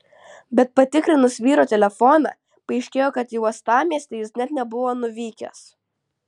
bet patikrinus vyro telefoną paaiškėjo kad į uostamiestį jis net nebuvo nuvykęs